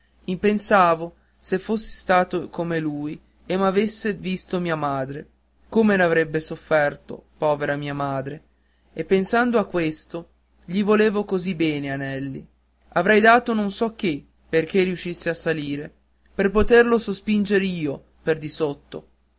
nelli pensavo se fossi stato come lui e m'avesse visto mia madre come n'avrebbe sofferto povera mia madre e pensando a questo gli volevo così bene a nelli avrei dato non so che perché riuscisse a salire per poterlo sospinger io per di sotto